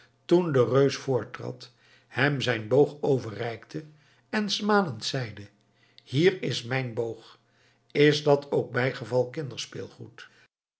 toen de reus voortrad hem zijn boog overreikte en smalend zeide hier is mijn boog is dat ook bijgeval kinderspeelgoed